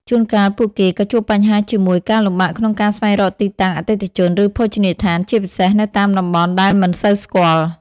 ជួនកាលពួកគេក៏ជួបបញ្ហាជាមួយ ការលំបាកក្នុងការស្វែងរកទីតាំង អតិថិជន ឬភោជនីយដ្ឋាន ជាពិសេសនៅតាមតំបន់ដែលមិនសូវស្គាល់។